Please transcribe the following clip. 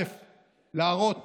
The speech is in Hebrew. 1. להראות